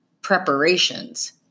preparations